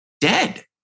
dead